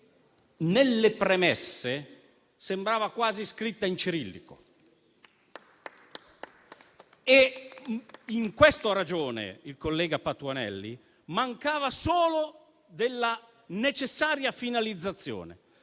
nelle premesse sembrava quasi scritto in cirillico. E - in questo ha ragione il collega Patuanelli - mancava solo della necessaria finalizzazione,